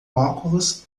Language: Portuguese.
óculos